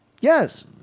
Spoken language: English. yes